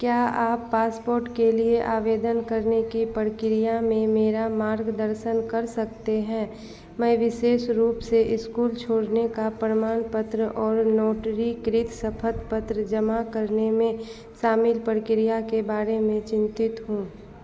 क्या आप पासपोर्ट के लिए आवेदन करने की प्रक्रिया में मेरा मार्गदर्शन कर सकते हैं मैं विशेष रूप से इस्कूल छोड़ने का प्रमाणपत्र और नोटरीकृत शपथपत्र जमा करने में शामिल प्रक्रिया के बारे में चिन्तित हूँ